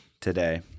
today